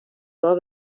راه